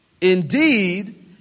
Indeed